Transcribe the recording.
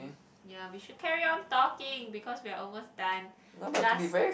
ya we should carry on talking because we're almost done last